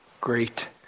great